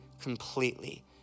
completely